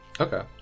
okay